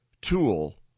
tool